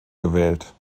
gewählt